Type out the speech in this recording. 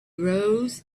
rose